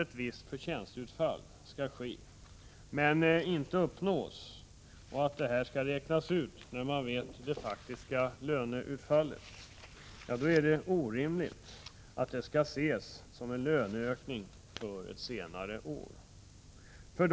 ett visst förtjänstutfall skall ske och att detta skall räknas ut när man vet det faktiska löneutfallet, är det orimligt att detta skall ses som en löneökning för ett senare år.